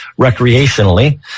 recreationally